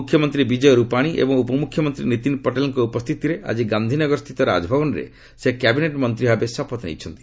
ମୁଖ୍ୟମନ୍ତ୍ରୀ ବିଜୟ ରୁପାଣୀ ଏବଂ ଉପମୁଖ୍ୟମନ୍ତ୍ରୀ ନିତିନ ପଟେଲଙ୍କ ଉପସ୍ଥିତିରେ ଆଜି ଗାନ୍ଧିନଗର ସ୍ଥିତ ରାଜଭବନରେ ସେ କ୍ୟାବିନେଟ୍ ମନ୍ତ୍ରୀ ଭାବେ ଶପଥ ନେଇଛନ୍ତି